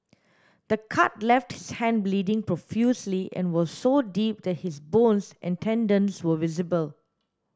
the cut left his hand bleeding profusely and was so deep that his bones and tendons were visible